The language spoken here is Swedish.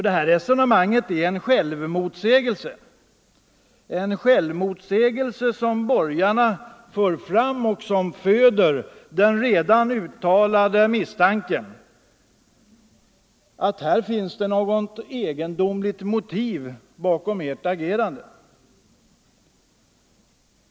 Det här resonemanget innehåller nämligen en självmotsägelse — en självmotsägelse som borgarna gör sig skyldiga till och som föder den i debatten redan uttalade misstanken att det finns något egendomligt motiv bakom ert agerande.